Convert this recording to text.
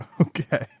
Okay